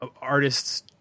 artists